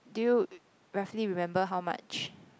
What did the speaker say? do you roughly remember how much